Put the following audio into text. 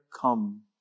come